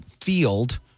field